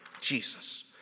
Jesus